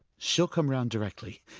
she'll come round directly.